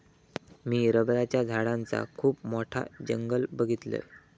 मी रबराच्या झाडांचा खुप मोठा जंगल बघीतलय